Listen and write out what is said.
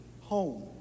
home